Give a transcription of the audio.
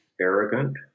arrogant